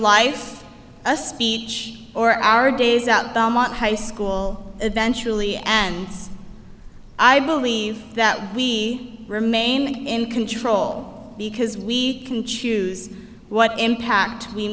life speech or our days out of high school eventually ends i believe that we remain in control because we can choose what impact we